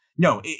No